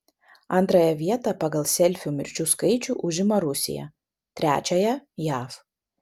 antrąją vietą pagal selfių mirčių skaičių užima rusija trečiąją jav